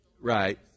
right